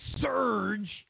surge